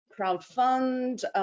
crowdfund